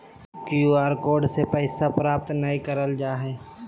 Q R code से पैसा प्राप्त नयय करल जा हइ